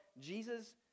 Jesus